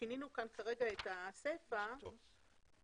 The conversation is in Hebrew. שינינו כאן כרגע את הסיפה אבל